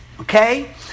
Okay